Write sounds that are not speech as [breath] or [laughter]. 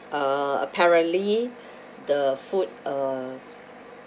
uh apparently [breath] the food uh